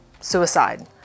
suicide